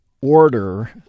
order